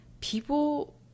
people